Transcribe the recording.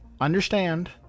Understand